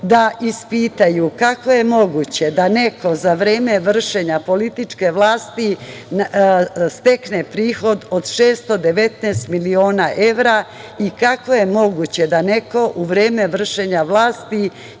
da ispitaju kako je moguće da neko za vreme vršenja političke vlasti stekne prihod od 619 miliona evra i kako je moguće da neko u vreme vršenja vlasti